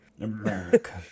America